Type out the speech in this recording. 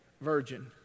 Virgin